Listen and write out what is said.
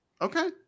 okay